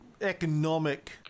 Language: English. economic